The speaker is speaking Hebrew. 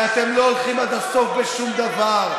כי אתם לא הולכים עד הסוף בשום דבר.